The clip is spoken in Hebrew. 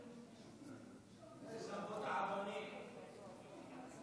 כבוד היושב-ראש, כנסת נכבדה.